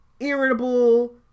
irritable